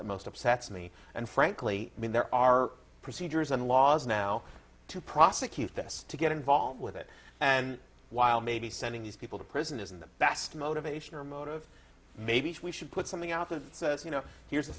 that most upsets me and frankly i mean there are procedures and laws now to prosecute this to get involved with it and while maybe sending these people to prison isn't the best motivation or motive maybe we should put something out of it says you know here's a